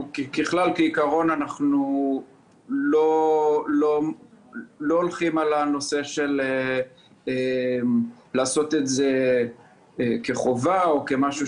כעיקרון אנחנו לא הולכים על הנושא של לעשות את זה כחובה או כמשהו